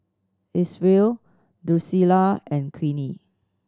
Isreal Drucilla and Queenie